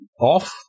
off